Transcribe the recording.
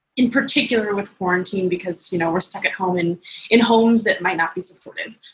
in particular with quarantine because you know we're stuck at home, and in homes that might not be supportive.